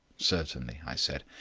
certainly, i said.